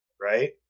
Right